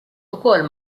ukoll